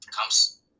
comes